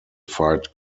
fight